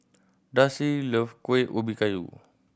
Darcy love Kueh Ubi Kayu